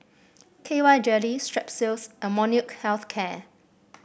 K Y Jelly Strepsils and Molnylcke Health Care